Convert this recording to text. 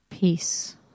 peace